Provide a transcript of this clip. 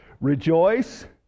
Rejoice